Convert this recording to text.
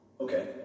Okay